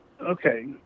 Okay